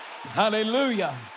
Hallelujah